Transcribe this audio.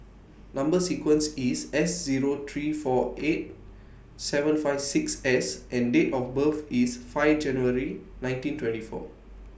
Number sequence IS S Zero three four eight seven five six S and Date of birth IS five January nineteen twenty four